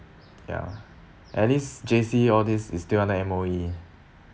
ya at least J_C all these is still under M_O_E